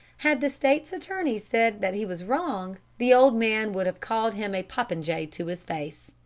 had the state's attorney said that he was wrong, the old man would have called him a popinjay to his face.